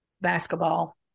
basketball